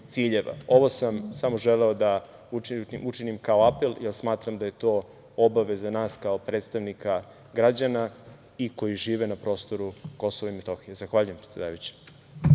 sam samo želeo da učinim kao apel, jer smatram da je to obaveza nas kao predstavnika građana i koji žive na prostoru Kosova i Metohije. Zahvaljujem predsedavajući.